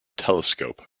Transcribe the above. telescope